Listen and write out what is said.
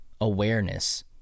awareness